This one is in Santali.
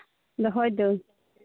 ᱫᱚᱦᱚᱭ ᱫᱟᱹᱧ